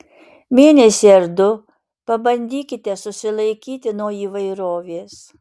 mėnesį ar du pabandykite susilaikyti nuo įvairovės